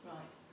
Right